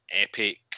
epic